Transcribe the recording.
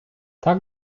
так